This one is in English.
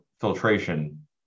filtration